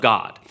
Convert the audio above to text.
God